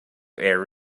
err